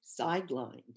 sidelined